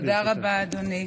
תודה רבה, אדוני.